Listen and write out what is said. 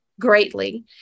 greatly